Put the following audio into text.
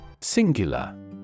Singular